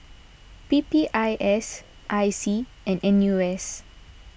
P P I S I C and N U S